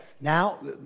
Now